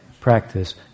practice